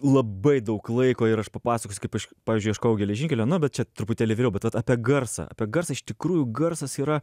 labai daug laiko ir aš papasakosiu kaip aš pavyzdžiui ieškojau geležinkelio na bet čia truputėlį vėliau bet vat apie garsą apie garsą iš tikrųjų garsas yra